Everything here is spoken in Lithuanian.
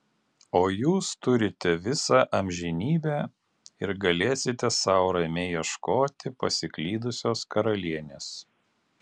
o jūs turite visą amžinybę ir galėsite sau ramiai ieškoti pasiklydusios karalienės